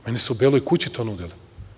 Meni su u beloj kući to nudili.